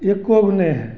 एको नहीं है